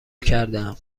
کردهام